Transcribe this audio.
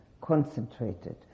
concentrated